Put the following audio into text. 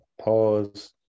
pause